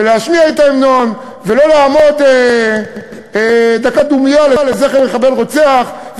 להשמיע את ההמנון ולא לעמוד דקה דומייה לזכר מחבל רוצח,